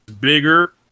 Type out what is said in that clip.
bigger